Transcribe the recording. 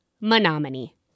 Menominee